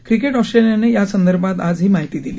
cricket ऑस्ट्रेलियाने यासंदर्भात आज माहिती दिली